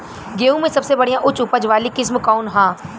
गेहूं में सबसे बढ़िया उच्च उपज वाली किस्म कौन ह?